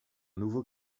nouveau